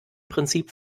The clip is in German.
prinzip